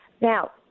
Now